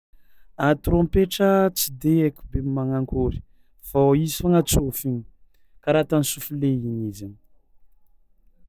A trômpetra tsy de haiko be magnakôry fao izy foagna tsôfiny karaha ta ny sofle igny izy.